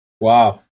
Wow